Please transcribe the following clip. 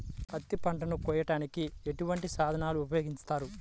పత్తి పంటను కోయటానికి ఎటువంటి సాధనలు ఉపయోగిస్తారు?